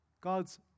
God's